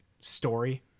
story